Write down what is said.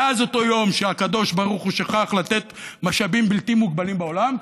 מאז אותו יום שהקדוש-ברוך-הוא שכח לתת משאבים בלתי מוגבלים בעולם,